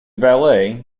valet